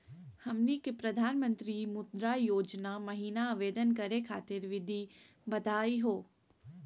हमनी के प्रधानमंत्री मुद्रा योजना महिना आवेदन करे खातीर विधि बताही हो?